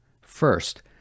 First